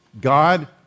God